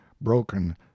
broken